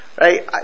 right